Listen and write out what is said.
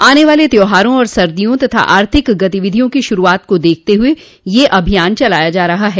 आने वाले त्योहारों और सर्दियों तथा आर्थिक गतिविधियों की शुरुआत को देखते हुए यह अभियान चलाया जा रहा है